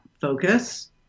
focus